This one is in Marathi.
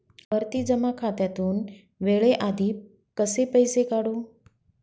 आवर्ती जमा खात्यातून वेळेआधी कसे पैसे काढू?